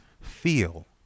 feel